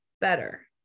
better